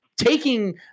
Taking